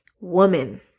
Woman